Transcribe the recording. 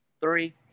Three